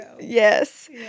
Yes